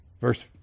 Verse